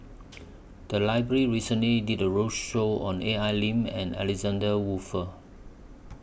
The Library recently did A roadshow on A I Lim and Alexander Wolfer